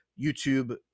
YouTube